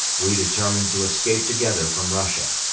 we determined to escape together from russia.